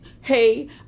hey